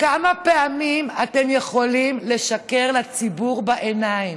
כמה פעמים אתם יכולים לשקר לציבור בעיניים?